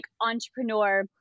entrepreneur